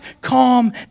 calm